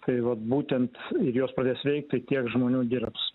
tai va būtent ir jos pradės veikti tiek žmonių dirbs